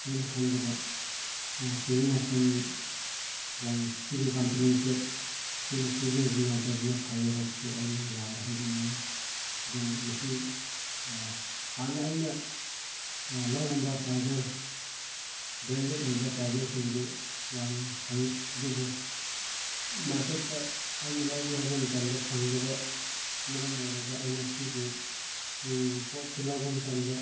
ꯑꯩꯅ ꯈꯟꯕꯗ ꯁꯤꯖꯤꯟꯅꯐꯝ ꯂꯩ ꯁꯤꯒꯤ ꯀꯝꯄꯅꯤꯁꯦ ꯑꯩꯈꯣꯏꯅ ꯁꯤꯖꯤꯟꯅꯗꯕꯅ ꯐꯩ ꯍꯥꯏꯕꯁꯦ ꯑꯩꯅ ꯃꯌꯥꯝꯗ ꯍꯥꯏꯖꯅꯤꯡꯉꯤ ꯑꯗꯨꯅ ꯃꯁꯤ ꯍꯥꯟꯅ ꯑꯩꯅ ꯂꯧꯔꯝꯕ ꯆꯥꯔꯖꯔ ꯕ꯭ꯔꯦꯟꯗꯦꯗ ꯑꯣꯏꯕ ꯆꯥꯔꯖꯔꯁꯤꯡꯗꯤ ꯌꯥꯝ ꯐꯩ ꯑꯗꯨꯕꯨ ꯃꯥꯔꯀꯦꯠꯇ ꯑꯩꯅ ꯂꯧꯒꯦ ꯍꯥꯏꯕ ꯃꯇꯝꯗ ꯐꯪꯗꯕ ꯃꯔꯝ ꯑꯣꯏꯔꯒ ꯑꯩꯒꯤ ꯁꯤꯒꯤ ꯄꯣꯠꯁꯤ ꯂꯧꯕ ꯃꯇꯝꯗ